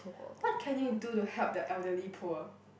what can you do to help the elderly poor